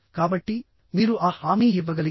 కాబట్టిమీరు ఆ హామీ ఇవ్వగలిగితే